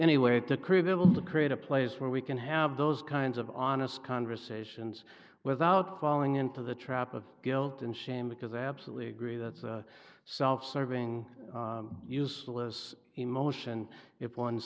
anyway at the crucible to create a place where we can have those kinds of honest conversations without falling into the trap of guilt and shame because i absolutely agree that's a self serving useless emotion if one